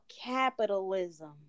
capitalism